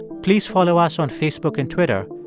please follow us on facebook and twitter,